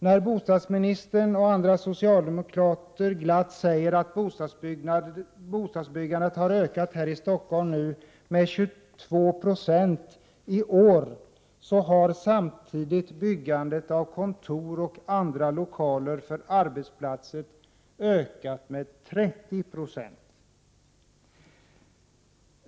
När bostadsministern och andra socialdemokrater glatt säger att bostadsbyggandet har ökat i Stockholm med 22 9 i år, kan vi konstatera att byggandet av kontor och andra lokaler för arbetsplatser samtidigt har ökat med 30 96.